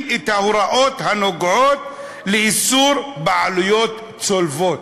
ההוראות הנוגעות לאיסור בעלויות צולבות".